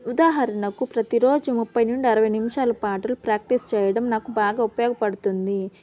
ఉదాహరణకు ప్రతీరోజు ముప్పై నుండి అరవై నిమిషాలు పాటలు ప్రాక్టీస్ చేయడం నాకు బాగా ఉపయోగపడుతుంది